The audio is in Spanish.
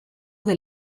del